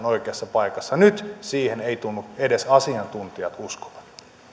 oikeassa paikassa nyt siihen eivät tunnu edes asiantuntijat uskovan